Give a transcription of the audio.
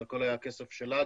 זה הכול היה כסף שלה,